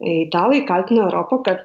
italai kaltino europą kad